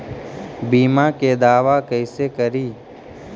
बीमा के दावा कैसे करी?